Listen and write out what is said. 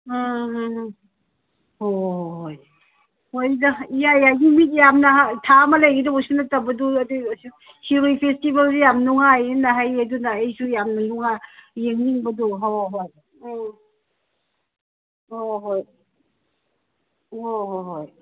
ꯎꯝ ꯍꯝ ꯍꯝ ꯍꯣꯏ ꯍꯣꯏ ꯍꯣꯏ ꯍꯣꯏ ꯍꯣꯏꯗ ꯏꯌꯥ ꯌꯥꯏ ꯅꯨꯃꯤꯠ ꯌꯥꯝꯅ ꯊꯥ ꯑꯃ ꯂꯩꯒꯗꯕꯁꯨ ꯅꯠꯇꯕꯗꯨ ꯑꯗꯨ ꯑꯣꯏꯁꯨ ꯁꯤꯔꯣꯏ ꯐꯦꯁꯇꯤꯚꯦꯜꯁꯤ ꯌꯥꯝ ꯅꯨꯡꯉꯥꯏꯌꯦꯅ ꯍꯥꯏꯌꯦ ꯑꯗꯨꯅ ꯑꯩꯁꯨ ꯌꯥꯝ ꯌꯦꯡꯅꯤꯡꯕꯗꯣ ꯍꯣꯏ ꯍꯣꯏ ꯎꯝ ꯍꯣ ꯍꯣ ꯍꯣꯏ ꯍꯣ ꯍꯣ ꯍꯣꯏ